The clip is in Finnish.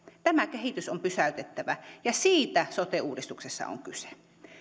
tämä kehitys on pysäytettävä ja siitä sote uudistuksessa on kyse